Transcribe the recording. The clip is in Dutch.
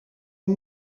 een